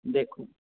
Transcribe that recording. देखू